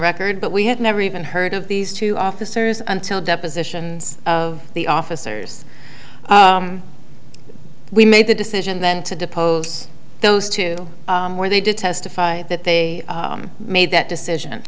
record but we had never even heard of these two officers until depositions of the officers we made the decision then to depose those two where they did testify that they made that decision